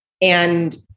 and-